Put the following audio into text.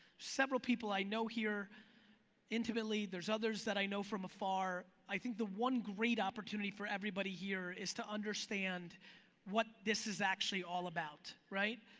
several people i know here intimately. there's others that i know from afar. i think the one great opportunity for everybody here is to understand what this is actually all about, right?